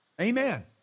Amen